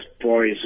boys